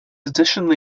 additionally